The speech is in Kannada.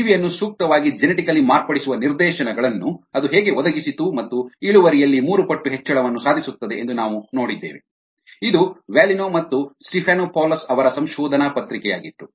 ಜೀವಿಯನ್ನು ಸೂಕ್ತವಾಗಿ ಜೆನೆಟಿಕಲಿ ಮಾರ್ಪಡಿಸುವ ನಿರ್ದೇಶನಗಳನ್ನು ಅದು ಹೇಗೆ ಒದಗಿಸಿತು ಮತ್ತು ಇಳುವರಿಯಲ್ಲಿ ಮೂರು ಪಟ್ಟು ಹೆಚ್ಚಳವನ್ನು ಸಾಧಿಸುತ್ತದೆ ಎಂದು ನಾವು ನೋಡಿದ್ದೇವೆ ಇದು ವಲ್ಲಿನೋ ಮತ್ತು ಸ್ಟೆಫನೋಪೌಲೋಸ್ ಅವರ ಸಂಶೋಧನಾ ಪತ್ರಿಕೆಯಾಗಿತ್ತು